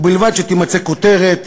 ובלבד שתימצא כותרת